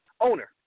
owner